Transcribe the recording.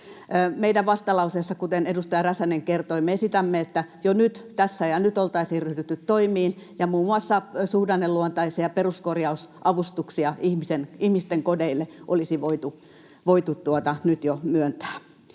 Meidän vastalauseessamme, kuten edustaja Räsänen kertoi, me esitämme, että jo nyt, tässä ja nyt, oltaisiin ryhdytty toimiin, ja muun muassa suhdanneluontoisia peruskorjaus-avustuksia ihmisten kodeille olisi voitu nyt jo myöntää.